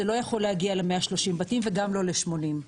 זה לא יכול להגיע ל-130 בתים וגם לא ל-80.